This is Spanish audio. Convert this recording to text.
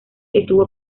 estuvo